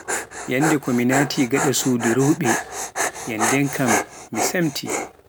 yannde ko mi naati gaɗa suudu rewɓe yanndem kam mi semtii.